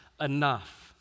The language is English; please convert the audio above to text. enough